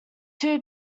two